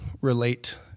relate